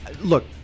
Look